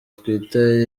twita